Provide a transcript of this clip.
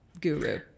guru